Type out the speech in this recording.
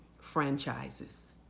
franchises